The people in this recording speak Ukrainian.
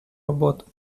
роботу